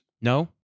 No